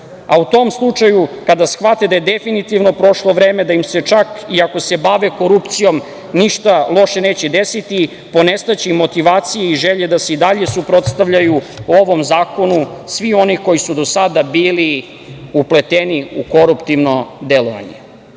a u tom slučaju, kada shvate da je definitivno prošlo vreme, da im se, čak iako se bave korupcijom, ništa loše neće desiti, ponestaće motivacije i želje da se i dalje suprotstavljaju ovom zakonu svi oni koji su do sada bili upleteni u koruptivno delovanje. Uvažena